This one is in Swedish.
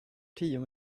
tio